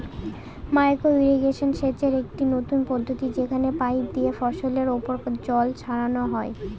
micro irrigation সেচের একটি নতুন পদ্ধতি যেখানে পাইপ দিয়ে ফসলের ওপর জল ছড়ানো হয়